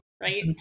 right